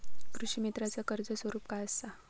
कृषीमित्राच कर्ज स्वरूप काय असा?